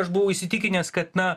aš buvau įsitikinęs kad na